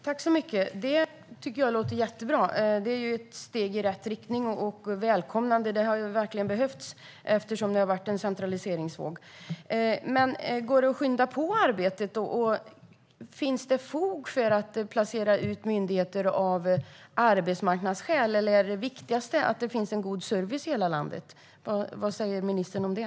Herr talman! Det tycker jag låter jättebra. Det är ett steg i rätt riktning, och det är välkommet. Det har verkligen behövts, eftersom det har varit en centraliseringsvåg. Men går det att skynda på arbetet? Finns det fog för att placera ut myndigheter av arbetsmarknadsskäl, eller är det viktigaste att det finns en god service i hela landet? Vad säger ministern om det?